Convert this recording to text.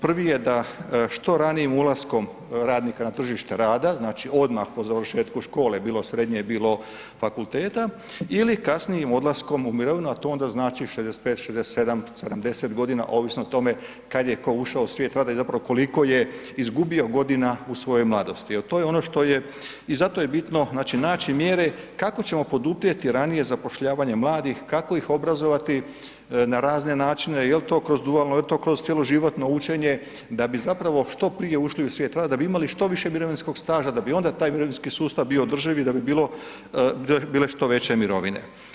Prvi je da što ranijim ulaskom radnika na tržište rada, znači odmah po završetku škole, bilo srednje, bilo fakulteta ili kasnijim odlaskom u mirovinu, a to onda znači 65, 67, 70 godina, ovisno o tome kad je tko ušao u svijet rada i zapravo koliko je izgubio godina u svojoj mladosti jer to je ono što je i zato je bitno, znači naći mjere kako ćemo poduprijeti ranije zapošljavanje mladih, kako ih obrazovati na razne načine, je li to kroz dualno, je li to kroz cjeloživotno učenje, da bi zapravo što prije ušli u svijet rada, da bi imali što više mirovinskog staža, da bi onda taj mirovinski sustav bio održiv i da bi bilo što veće mirovine.